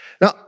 Now